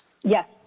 Yes